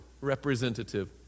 representative